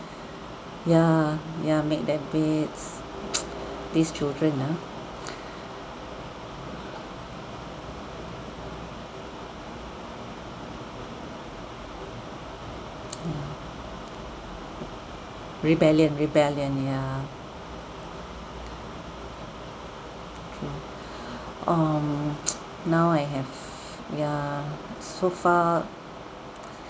ya ya make their beds these children ah ya rebellion rebellion yeah true um now I have ya so far